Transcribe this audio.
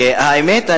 האמת,